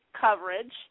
coverage